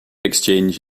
exchange